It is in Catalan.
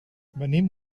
venim